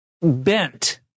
bent